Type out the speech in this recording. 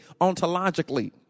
ontologically